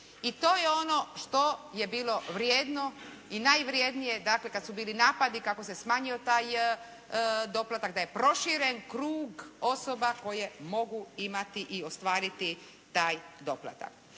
I to je ono što je bilo vrijedno i najvrednije dakle kad su bili napadi kad se smanjio taj doplatak, da je proširen krug osoba koje mogu imati i ostvariti taj doplatak.